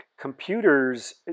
Computers